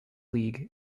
league